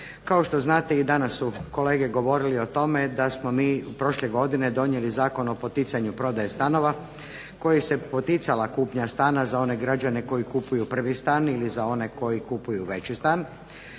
Kao što znate i danas su kolege govorili o tome da smo mi prošle godine donijeli Zakon o poticanju prodaje stanova kojim se poticala kupnja stana za one građane koji kupuju prvi stan ili za one koji kupuju veći stan,